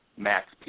max